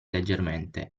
leggermente